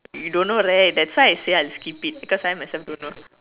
you don't know right that's why I say I'll skip it because I myself don't know